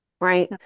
Right